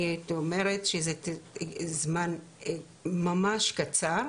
אני הייתי אומרת שזה זמן ממש קצר,